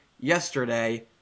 yesterday